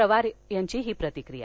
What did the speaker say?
पवार यांची ही प्रतिक्रिया